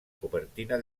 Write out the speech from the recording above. copertina